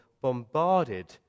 bombarded